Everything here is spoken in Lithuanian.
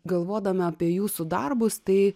galvodama apie jūsų darbus tai